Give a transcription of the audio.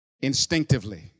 instinctively